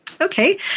Okay